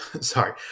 sorry